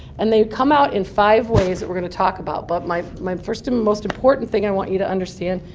and they come out in five ways that we're going to talk about. but my my first and most important thing i want you to understand,